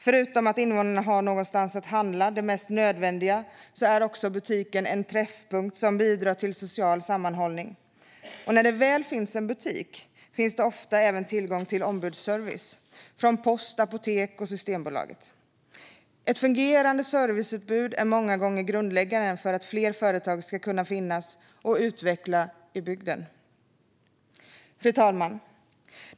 Förutom att invånarna har någonstans att handla det mest nödvändiga är butiken en träffpunkt som bidrar till social sammanhållning. Och när det väl finns en butik finns det ofta även tillgång till ombudsservice från post, apotek och Systembolaget. Ett fungerande serviceutbud är många gånger grundläggande för att fler företag ska kunna finnas och utvecklas i bygden. Fru talman!